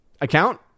account